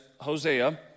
Hosea